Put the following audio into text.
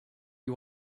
you